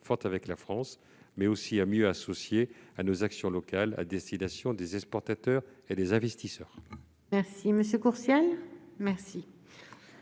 fortes avec la France, mais aussi de mieux les associer à nos actions locales à destination des exportateurs et des investisseurs. Nous en avons terminé avec